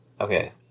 Okay